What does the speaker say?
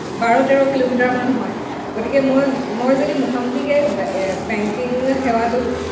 বাৰ তেৰ কিলোমিটাৰ মান হয় গতিকে মই মই যদি মুখামুখিকৈ বেংকিং সেৱাটো